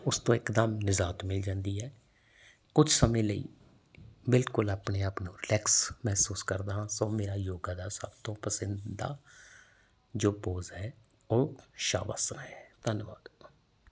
ਉਸ ਤੋਂ ਇੱਕਦਮ ਨਿਜਾਤ ਮਿਲ ਜਾਂਦੀ ਹੈ ਕੁਛ ਸਮੇਂ ਲਈ ਬਿਲਕੁਲ ਆਪਣੇ ਆਪ ਨੂੰ ਰਿਲੈਕਸ ਮਹਿਸੂਸ ਕਰਦਾ ਹਾਂ ਸੋ ਮੇਰਾ ਯੋਗਾ ਦਾ ਸਭ ਤੋਂ ਪਸੰਦੀਦਾ ਜੋ ਪੋਜ਼ ਹੈ ਉਹ ਸ਼ਵ ਆਸਣ ਹੈ ਧੰਨਵਾਦ